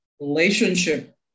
relationship